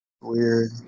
Weird